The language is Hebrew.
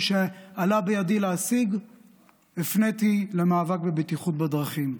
שעלה בידי להשיג הפניתי למאבק בבטיחות הדרכים.